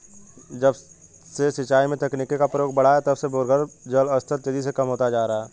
जब से सिंचाई में तकनीकी का प्रयोग बड़ा है तब से भूगर्भ जल स्तर तेजी से कम होता जा रहा है